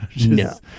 No